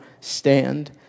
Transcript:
stand